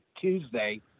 Tuesday